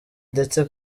ndetse